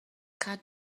cut